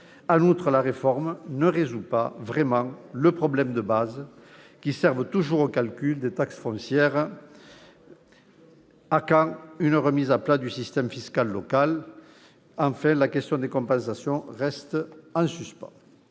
En outre, la réforme ne résout pas vraiment le problème des bases, qui servent toujours au calcul des taxes foncières. À quand une vraie remise à plat du système fiscal local ? Enfin, la question des compensations reste en suspens.